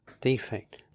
defect